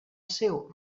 seu